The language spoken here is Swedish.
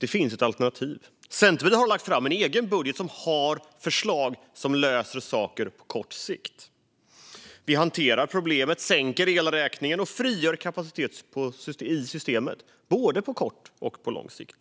Det finns ett alternativ. Centerpartiet har lagt fram en egen budget som har förslag som löser saker på kort sikt. Vi hanterar problemet, sänker elräkningen och frigör kapacitet i systemet på både kort och lång sikt.